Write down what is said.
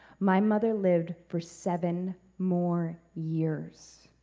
my mother lived for seven more years